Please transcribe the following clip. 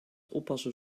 oppassen